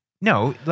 no